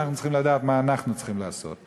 אנחנו צריכים לדעת מה אנחנו צריכים לעשות.